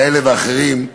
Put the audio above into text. כאלה ואחרים,